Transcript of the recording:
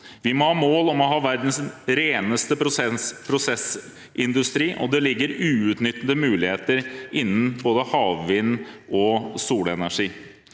Vi må ha mål om ha verdens reneste prosessindustri, og det ligger uutnyttede muligheter innen både havvind og solenergi.